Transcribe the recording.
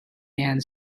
and